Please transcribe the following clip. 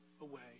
away